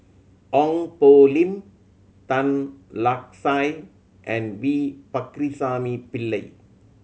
Ong Poh Lim Tan Lark Sye and V Pakirisamy Pillai